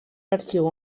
arxiu